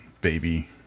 baby